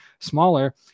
smaller